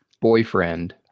boyfriend